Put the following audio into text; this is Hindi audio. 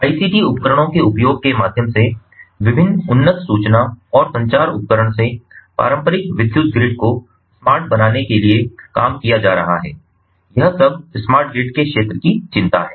आईसीटी उपकरणों के उपयोग के माध्यम से विभिन्न उन्नत सूचना और संचार उपकरण से पारंपरिक विद्युत ग्रिड को स्मार्ट बनाने के लिए काम किया जा रहा है यह सब स्मार्ट ग्रिड के क्षेत्र की चिंता है